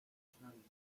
آشنایید